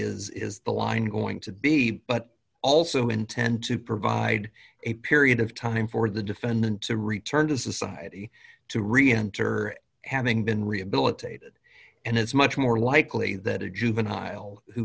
exactly is the line going to be but also intend to provide a period of time for the defendant to return to society to reenter having been rehabilitated and it's much more likely that a juvenile who